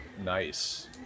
nice